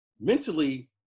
mentally